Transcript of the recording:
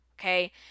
Okay